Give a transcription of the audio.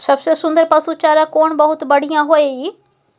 सबसे सुन्दर पसु चारा कोन बहुत बढियां होय इ?